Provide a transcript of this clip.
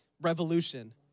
revolution